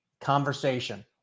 conversation